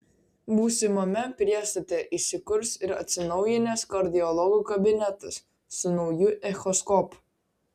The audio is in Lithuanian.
būsimame priestate įsikurs ir atsinaujinęs kardiologų kabinetas su nauju echoskopu